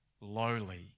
lowly